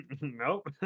nope